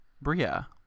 Bria